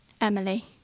Emily